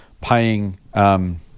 paying